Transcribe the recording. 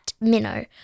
minnow